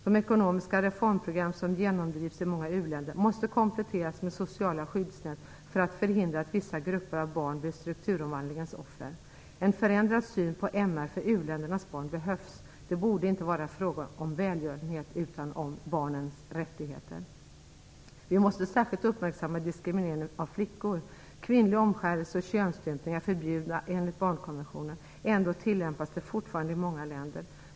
De ekonomiska reformprogram som genomdrivs i många u-länder måste kompletteras med sociala skyddsnät för att förhindra att vissa grupper av barn blir strukturomvandlingens offer. En förändrad syn på mänskliga rättigheter för u-ländernas barn behövs. Det borde inte vara fråga om välgörenhet utan om barnens rättigheter. Vi måste särskilt uppmärksamma diskrimineringen av flickor. Kvinnlig omskärelse och könsstympning är förbjudet enligt barnkonventionen. Ändå tillämpas det fortfarande i många länder.